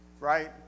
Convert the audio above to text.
Right